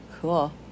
Cool